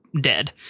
dead